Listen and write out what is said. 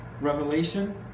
revelation